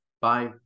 Bye